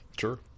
Sure